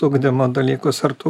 ugdymo dalykus ar tu